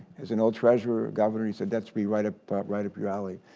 as an old treasurer, a governor, he said that should be right ah right up your alley.